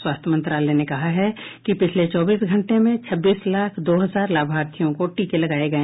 स्वास्थ्य मंत्रालय ने बताया है कि पिछले चौबीस घंटे में छब्बीस लाख दो हजार लाभार्थियों को टीके लगाए गए